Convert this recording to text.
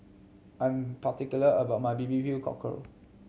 I am particular about my B B Q Cockle